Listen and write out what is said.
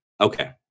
Okay